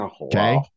Okay